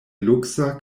luksa